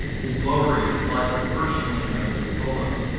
his glory is like the firstling of his bullock,